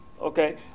Okay